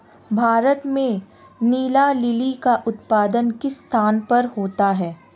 भारत में नीला लिली का उत्पादन किस स्थान पर होता है?